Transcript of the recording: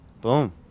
Boom